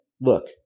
look